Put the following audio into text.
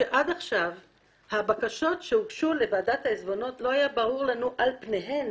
שעד עכשיו הבקשות שהוגשו לועדת העיזבונות לא היה ברור לנו על פניהן